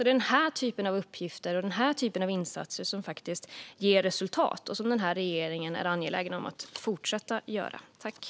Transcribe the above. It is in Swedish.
Den här typen av uppgifter och insatser ger faktiskt resultat. Den här regeringen är angelägen om att fortsätta göra detta.